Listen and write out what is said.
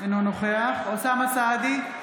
אינו נוכח אוסאמה סעדי,